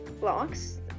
blocks